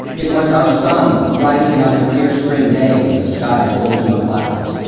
it was our sun rising on a clear spring day when the sky holds no clouds.